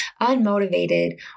unmotivated